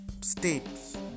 States